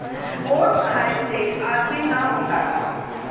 oats खाए से आदमी ना मोटाला